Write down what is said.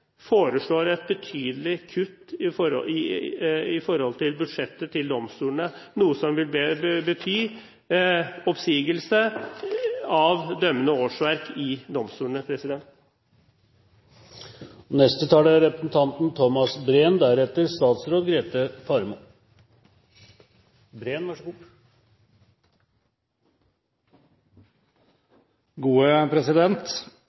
foreslår et betydelig kutt i budsjettet til domstolene, noe som vil bety oppsigelse av dømmende årsverk i domstolene.